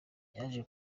yaje